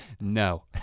No